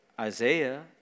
Isaiah